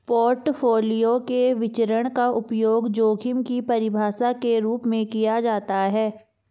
portfolio के विचरण का उपयोग जोखिम की परिभाषा के रूप में किया जाता है